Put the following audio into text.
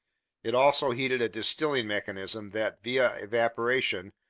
it also heated a distilling mechanism that, via evaporation,